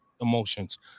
emotions